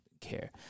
care